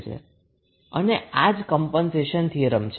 અને આ જ છે કમ્પનસેશન થીયરમ